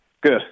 Good